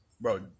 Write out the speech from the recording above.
Bro